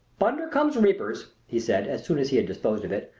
bundercombe's reapers, he said, as soon as he had disposed of it,